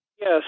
Yes